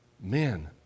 men